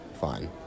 Fine